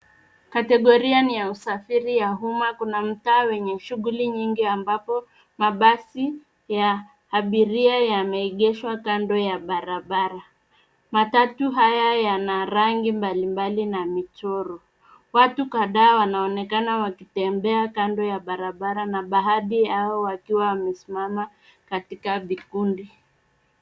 Kategoria ni ya usafiri ya umma. Kuna mtaa wenye shughuli nyingi ambapo mabasi ya abiria yameegeshwa kando ya barabara. Matatu haya yana rangi mbalimbali na michoro. Watu kadhaa wanaonekana wakitembea kando ya barabara na baadhi yao wakiwa wamesimama katika vikundi.